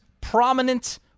prominent